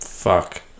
Fuck